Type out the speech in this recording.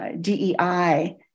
DEI